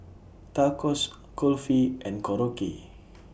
Tacos Kulfi and Korokke